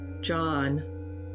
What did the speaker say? John